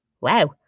Wow